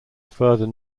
further